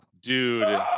dude